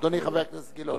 אדוני, חבר הכנסת גילאון.